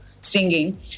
singing